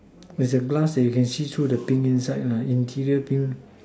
there's a glass that you can see through the thing inside ah interior thing